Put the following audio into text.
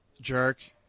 jerk